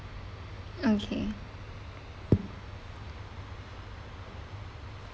okay